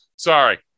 Sorry